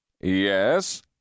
Yes